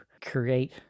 create